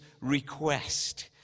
request